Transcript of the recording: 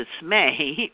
dismay